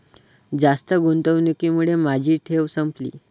जास्त गुंतवणुकीमुळे माझी ठेव संपली